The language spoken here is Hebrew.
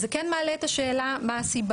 זה כן מעלה את השאלה: מה הסיבה?